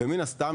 ומן הסתם,